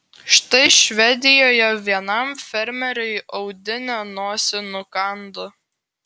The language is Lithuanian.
štai švedijoje vienam fermeriui audinė nosį nukando